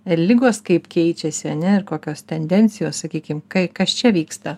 ligos kaip keičiasi a ne ir kokios tendencijos sakykim kai kas čia vyksta